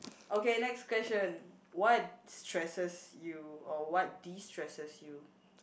okay next question what stresses you or what destresses you